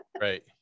Right